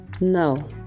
No